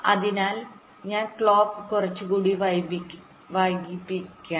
അതിനാൽ ഞാൻ ക്ലോക്ക് കുറച്ചുകൂടി വൈകിപ്പിക്കണം